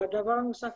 והדבר הנוסף,